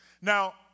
Now